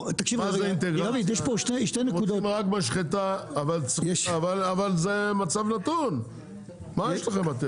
אתם רוצים רק משחטה אבל זה מצב נתון, מה יש לכם?